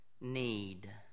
need